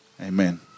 Amen